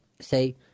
say